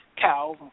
cow